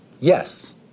Yes